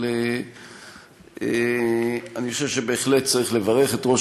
אבל אני חושב שבהחלט צריך לברך את ראש